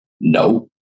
no